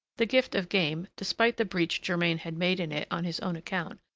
the gift of game, despite the breach germain had made in it on his own account,